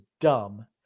dumb